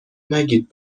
نگید